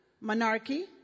monarchy